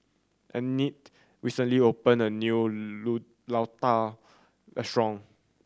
Annette recently opened a new Ladoo Restaurant